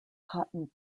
cotton